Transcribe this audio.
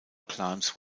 clans